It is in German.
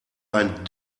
ein